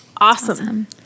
Awesome